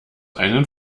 einem